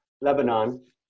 Lebanon